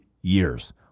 years